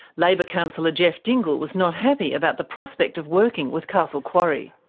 labor councillor geoff dingle was not happy about the prospect of working with castle quarry.